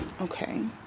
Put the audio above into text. Okay